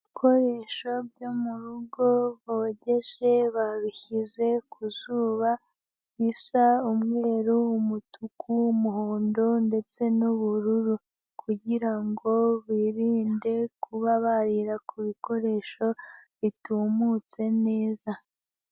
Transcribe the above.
Ibikoresho byo mu rugo bogeje babishyize ku zuba, bisa umweru, umutuku, umuhondo ndetse n'ubururu, kugira ngo birinde kuba barira ku bikoresho bitumutse neza.